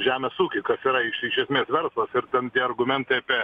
žemės ūkiui kas yra iš iš esmės verslas ir ten tie argumentai apie